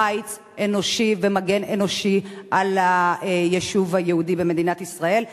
חיץ אנושי ומגן אנושי על היישוב היהודי במדינת ישראל.